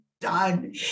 done